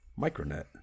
Micronet